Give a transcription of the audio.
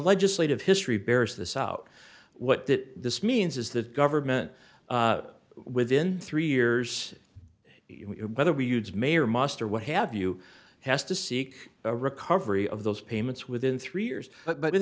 legislative history bears this out what that means is that government within three years whether we use may or must or what have you has to seek a recovery of those payments within three years but